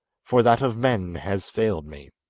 for that of men has failed me